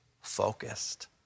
focused